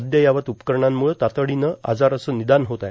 अद्ययावत उपकरणांम्ळे तातडीनं आजाराचे निदान होत आहे